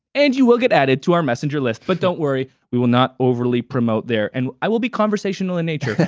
and you will get added to our messenger list. but don't worry, we will not overly promote there. and i will be conversational in nature.